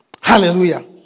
Hallelujah